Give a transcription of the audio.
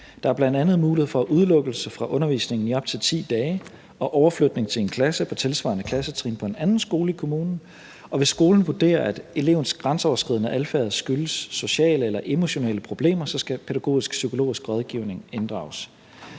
Der er bl.a. mulighed for udelukkelse fra undervisningen i op til 10 dage og overflytning til en klasse på tilsvarende klassetrin på en anden skole i kommunen. Hvis skolen vurderer, at elevens grænseoverskridende adfærd skyldes sociale eller emotionelle problemer, skal pædagogisk-psykologisk rådgivning inddrages.